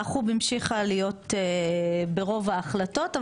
וועדת חוץ וביטחון המשיכה להיות ברוב ההחלטות.